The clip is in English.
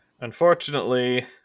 Unfortunately